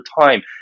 time